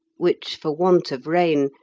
which, for want of rain,